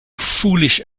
foolish